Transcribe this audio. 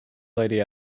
lady